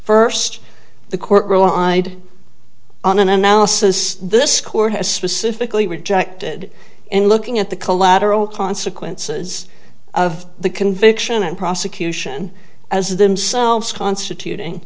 first the court rule i'd on an analysis this court has specifically rejected and looking at the collateral consequences of the conviction and prosecution as themselves constituting